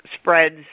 spreads